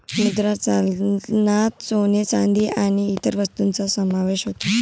मुद्रा चलनात सोने, चांदी आणि इतर वस्तूंचा समावेश होतो